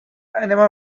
animal